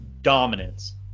dominance